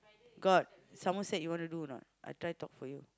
got Somerset you wanna do or not I try talk for you